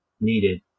needed